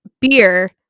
beer